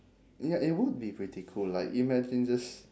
ya it would be pretty cool like imagine just